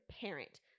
parent